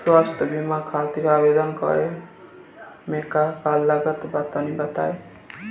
स्वास्थ्य बीमा खातिर आवेदन करे मे का का लागत बा तनि बताई?